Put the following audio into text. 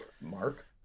Mark